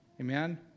Amen